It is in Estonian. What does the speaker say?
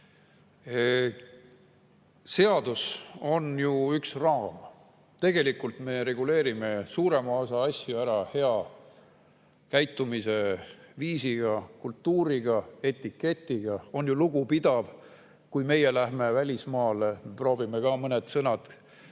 Seadus on ju üks raam. Tegelikult me reguleerime suuremat osa asju hea käitumisviisiga, kultuuriga, etiketiga. On ju lugupidav, kui meie läheme välismaale, proovime ka mõned sõnad